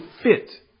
fit